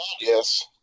yes